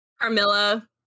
Carmilla